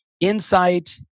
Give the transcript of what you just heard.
insight